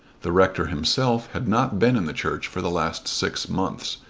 the rector himself had not been in the church for the last six months,